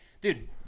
Dude